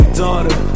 daughter